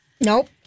Nope